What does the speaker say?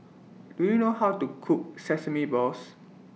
Do YOU know How to Cook Sesame Balls